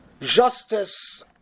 justice